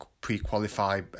pre-qualify